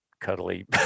cuddly